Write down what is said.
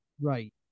Right